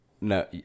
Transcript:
No